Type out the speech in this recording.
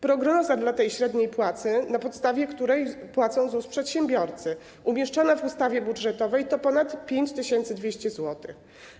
Prognoza tej średniej płacy, na podstawie której płacą ZUS przedsiębiorcy, umieszczona w ustawie budżetowej to ponad 5200 zł.